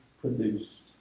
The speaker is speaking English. produced